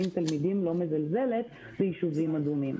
תלמידים לא מזלזלת ביישובים אדומים.